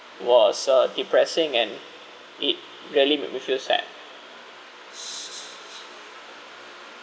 was uh depressing and it really make me feel sad